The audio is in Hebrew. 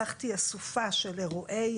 לקחתי אסופה של אירועי